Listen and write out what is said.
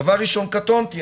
דבר ראשון, קטונתי.